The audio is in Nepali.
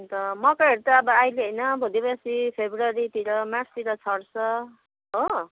अन्त मकैहरू त अब अहिले होइन भोलि पर्सि फेब्रुअरीतिर मार्चतिर छर्छ हो